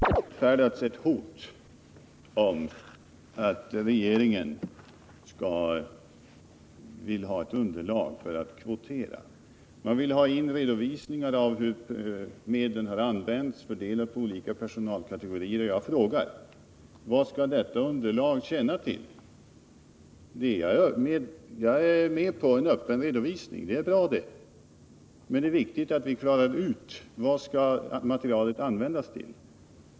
Herr talman! Jag är förvånad över att Jan-Erik Wikström inte vill se skillnaden nu. Här har utfärdats ett hor innebärande att regeringen vill ha ett underlag för att kunna kvotera. Man vill ha in redovisningar av hur medlen har använts och fördelats på olika personalkategorier. Jag frågar: Vad skall detta underlag tjäna till? Jag är med på en öppen redovisning — det är bra det - men det är viktigt att vi klarar ut vad materialet skall användas till.